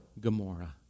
Gomorrah